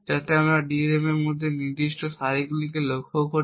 যাতে আমরা DRAM এর মধ্যে খুব নির্দিষ্ট সারিগুলিকে লক্ষ্য করি